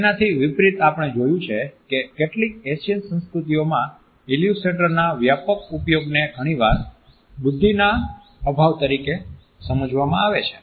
તેનાથી વિપરીત આપણે જોયું છે કે કેટલીક એશિયન સંસ્કૃતિઓમાં ઈલ્યુસ્ટ્રેટર્સના વ્યાપક ઉપયોગને ઘણીવાર બુદ્ધિના અભાવ તરીકે સમજવામાં આવે છે